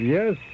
Yes